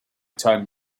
time